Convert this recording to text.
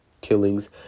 killings